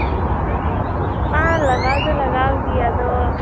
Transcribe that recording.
ᱦᱩ ᱵᱟᱝ ᱞᱟᱜᱟᱣ ᱫᱚ ᱞᱟᱜᱟᱣ ᱜᱮ ᱟᱫᱚ